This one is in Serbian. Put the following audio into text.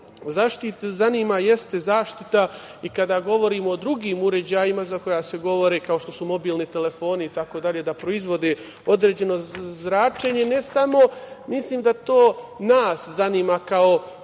mene zanima jeste zaštita, i kada govorimo o drugim uređajima za koja se govore, kao što su mobilni telefoni, itd. da proizvode određeno zračenje, ne samo mislim da to nas to zanima kao